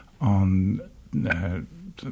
on